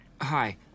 Hi